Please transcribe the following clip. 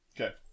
Okay